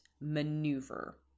maneuver